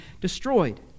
destroyed